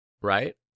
Right